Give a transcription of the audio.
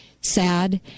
sad